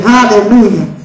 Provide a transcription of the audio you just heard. Hallelujah